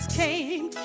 came